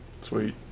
Sweet